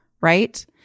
Right